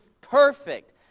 perfect